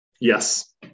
Yes